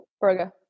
Burger